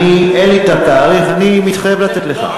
אין לי המספר, אני מתחייב לתת לך.